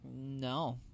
no